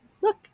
look